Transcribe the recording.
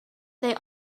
they